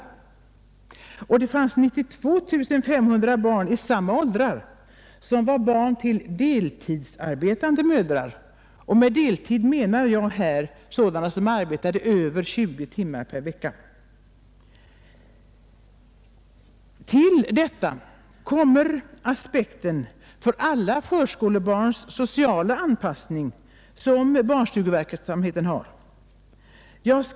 I samma åldrar fanns 92 500 barn till deltidsarbetande mödrar — med deltidsarbetande menar jag sådana som arbetade över 20 timmar per vecka. Till detta kommer aspekten om alla förskolebarns sociala anpassning, som barnstugeverksamheten kan medverka till.